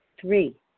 Three